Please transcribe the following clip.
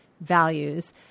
values